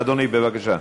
אדוני, בבקשה.